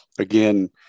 Again